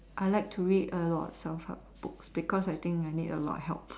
I like to read a lot of self help books because I think I need a lot of help